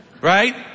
Right